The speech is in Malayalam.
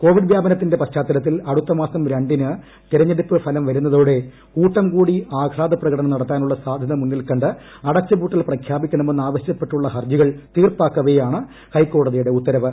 കോവിഡ് വ്യാപനത്തിന്റെ പശ്ചാത്തലത്തിൽ അടുത്തമാസം രണ്ടിന്ട് തീരുഞ്ഞെടുപ്പു ഫലം വരുന്നതോടെ കൂട്ടംകൂടി ആഹ്ളാദൃഷ്കൂട്സ്ം നടത്താനുള്ള സാധൃത മുന്നിൽക്കണ്ട് അടച്ചുപൂട്ടൽ പ്രഖ്യാപിക്കണമെന്ന് ആവശ്യപ്പെട്ടുള്ള ഹർജികൾ തീർപ്പൂാക്ക്വേയാണ് ഹൈക്കോടതിയുടെ ഉത്തരവ്